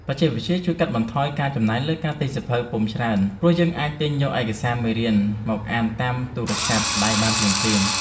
បច្ចេកវិទ្យាជួយកាត់បន្ថយការចំណាយលើការទិញសៀវភៅពុម្ពច្រើន ព្រោះយើងអាចទាញយកឯកសារមេរៀនមកអានតាមទូរស័ព្ទដៃបានភ្លាមៗ។